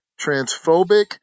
transphobic